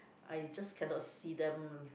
I just cannot see them